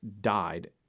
died—